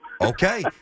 Okay